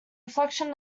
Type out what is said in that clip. reflection